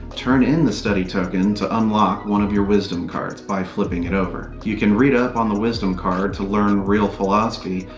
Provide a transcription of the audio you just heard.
turn in the study token to unlock one of your wisdom cards, flipping it over. you can read up on the wisdom card to learn real philosophy,